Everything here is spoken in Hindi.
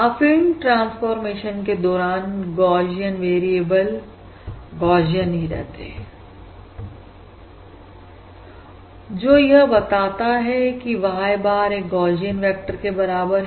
अफीन ट्रांसफॉर्मेशन के दौरान गौशियन वेरिएबल गौशियनही रहते हैं जो यह बताता है कि Y bar एक गौशियन वेक्टर के बराबर है